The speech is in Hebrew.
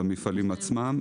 במפעלים עצמם.